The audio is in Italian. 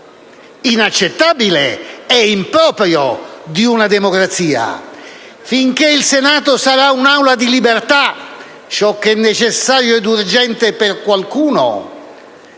inaccettabile. È improprio di una democrazia. Finché il Senato sarà un'Aula di libertà, ciò che è necessario ed urgente per qualcuno